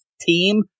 team